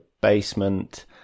basement